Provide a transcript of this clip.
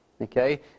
Okay